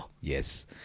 Yes